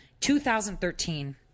2013